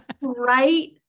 right